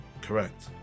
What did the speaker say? Correct